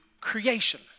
creation